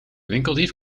winkeldief